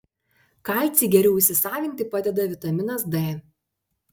kalcį geriau įsisavinti padeda vitaminas d